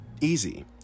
Easy